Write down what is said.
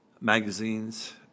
magazines